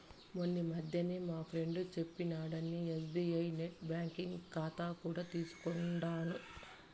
మొన్నీ మధ్యనే మా ఫ్రెండు సెప్పినాడని ఎస్బీఐ నెట్ బ్యాంకింగ్ కాతా కూడా తీసుకుండాను